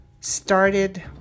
started